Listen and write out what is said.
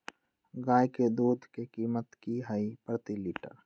गाय के दूध के कीमत की हई प्रति लिटर?